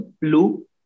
blue